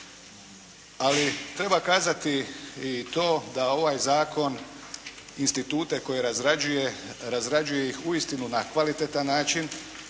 Ali treba kazati i to da ovaj zakon institute koje razrađuje, razrađuje ih uistinu na kvalitetan način,